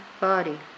body